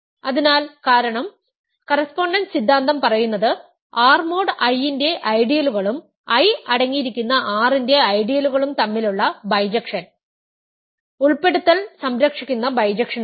അതിനാൽ കാരണം കറസ്പോണ്ടൻസ് സിദ്ധാന്തം പറയുന്നത് R മോഡ് I ന്റെ ഐഡിയലുകളും I അടങ്ങിയിരിക്കുന്ന R ന്റെ ഐഡിയലുകളും തമ്മിലുള്ള ബൈജെക്ഷൻ ഉൾപ്പെടുത്തൽ സംരക്ഷിക്കുന്ന ബൈജെക്ഷനാണ്